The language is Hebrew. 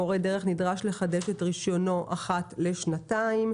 מורה דרך נדרש לחדש את רישיונו אחת לשנתיים,